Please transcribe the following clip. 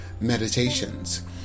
meditations